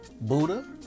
buddha